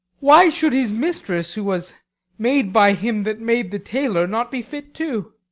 why should his mistress, who was made by him that made the tailor, not be fit too?